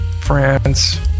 France